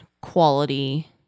quality